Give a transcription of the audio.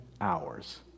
hours